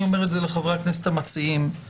אני רק אומר לקראת הדיון בקריאה השנייה והשלישית שהדיון